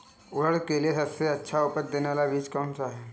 उड़द के लिए सबसे अच्छा उपज देने वाला बीज कौनसा है?